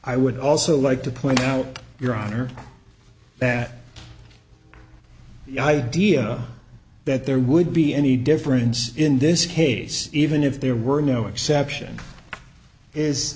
i would also like to point out your honor that the idea that there would be any difference in this case even if there were no exception is